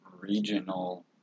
regional